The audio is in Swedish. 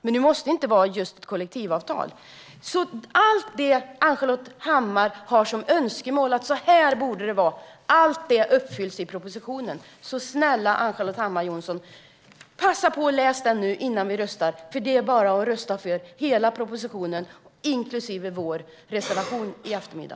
Det måste dock inte vara just kollektivavtal. Alla Ann-Charlotte Hammar Johnssons önskemål om hur det borde vara uppfylls i propositionen, så snälla Ann-Charlotte Hammar Johnsson: Passa på och läs den nu innan vi röstar! Det är bara att rösta för hela propositionen, inklusive vår reservation, i eftermiddag.